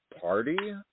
party